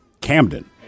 Camden